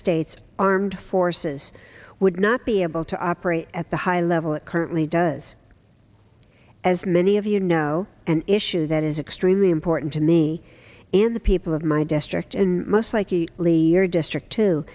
states armed forces would not be able to operate at the high level it currently does as many of you know an issue that is extremely important to me and the people of my district and most likely leave your district t